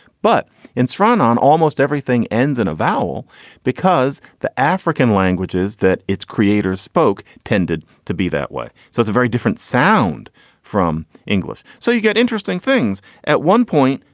but it's run on. almost everything ends in a vowel because the african languages that its creators spoke tended to be that way. so it's a very different sound from english. so you get interesting things at one point,